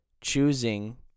choosing